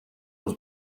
was